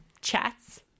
chats